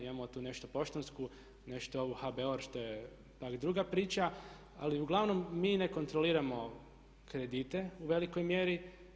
Imamo tu nešto, Poštansku, nešto ovo HBOR što je druga priča ali uglavnom mi ne kontroliramo kredite u velikoj mjeri.